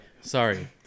sorry